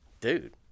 dude